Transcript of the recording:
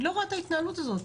אני לא רואה את ההתנהלות הזאת.